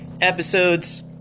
episodes